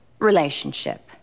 relationship